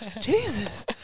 Jesus